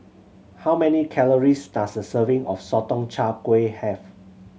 how many calories does a serving of Sotong Char Kway have